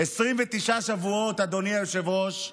29 שבועות, אדוני היושב-ראש,